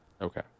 Okay